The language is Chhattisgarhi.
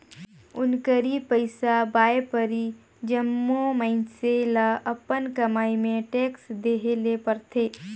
नउकरी पइसा, बयपारी जम्मो मइनसे ल अपन कमई में टेक्स देहे ले परथे